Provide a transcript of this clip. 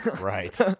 right